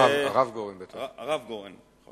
הרב גורן בטח.